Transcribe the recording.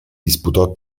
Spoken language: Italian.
disputò